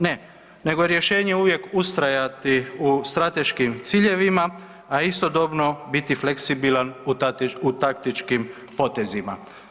Ne, nego je rješenje uvijek ustrajati u strateškim ciljevima, a istodobno biti fleksibilan u taktičkim potezima.